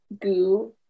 goo